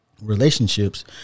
relationships